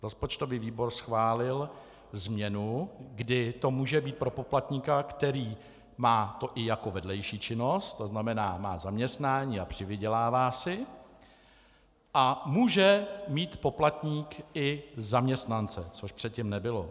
Rozpočtový výbor schválil změnu, kdy to může být pro poplatníka, který má to i jako vedlejší činnost, to znamená, má zaměstnání a přivydělává si, a poplatník může mít i zaměstnance, což předtím nebylo.